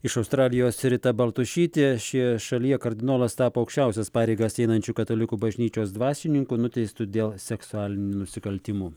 iš australijos rita baltušytė šioje šalyje kardinolas tapo aukščiausias pareigas einančiu katalikų bažnyčios dvasininku nuteistu dėl seksualinių nusikaltimų